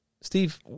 Steve